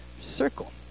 circle